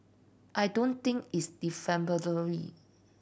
I don't think it's defamatory